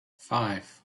five